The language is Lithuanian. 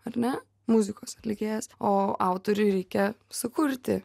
ar ne muzikos atlikėjas o autoriui reikia sukurti